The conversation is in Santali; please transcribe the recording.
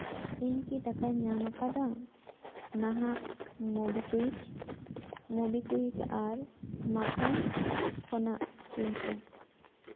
ᱤᱧ ᱠᱤ ᱴᱟᱠᱟᱧ ᱧᱟᱢ ᱟᱠᱟᱫᱟ ᱱᱟᱦᱟᱜ ᱢᱳᱵᱤᱠᱩᱭᱤᱠ ᱢᱳᱵᱤᱠᱩᱭᱤᱠ ᱟᱨ ᱢᱟᱠᱷᱚᱱ ᱠᱷᱚᱱᱟᱜ ᱛᱤᱱᱥᱚ